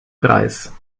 preis